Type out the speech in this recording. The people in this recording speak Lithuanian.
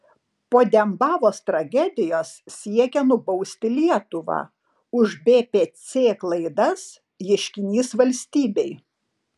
po dembavos tragedijos siekia nubausti lietuvą už bpc klaidas ieškinys valstybei